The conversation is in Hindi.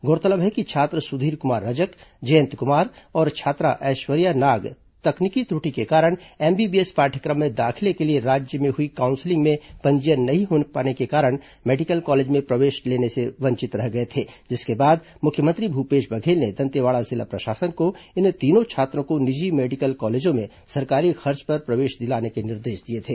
गौरतलब है कि छात्र सुधीर कुमार रजक जयंत कुमार और छात्रा ऐश्वर्या नाग का तकनीकी त्रुटि के कारण एमबीबीएस पाठ्यक्रम में दाखिले के लिए राज्य में हुई काउंसिलिंग में पंजीयन नहीं हो पाने के कारण मेडिकल कॉलेज में प्रवेश लेने से वंचित रह गये थे जिसके बाद मुख्यमंत्री भूपेश बघेल ने दंतेवाड़ा जिला प्रशासन को इन तीनों छात्रों को निजी मेडिकल कॉलेजों में सरकारी खर्चे पर प्रवेश दिलाने के निर्देश दिए थे